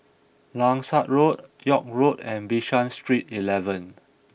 Langsat Road York Road and Bishan Street eleven